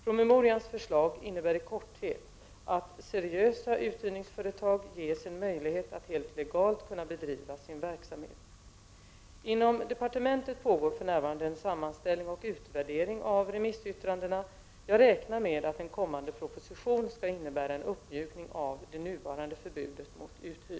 Promemorians förslag innebär i korthet att seriösa uthyrningsföretag ges en möjlighet att helt legalt kunna bedriva sin verksamhet. Inom departementet pågår för närvarande en sammanställning och utvärdering av remissyttrandena. Jag räknar med att en kommande proposition skall innebära en uppmjukning av det nuvarande förbudet mot uthyrning.